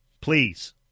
Please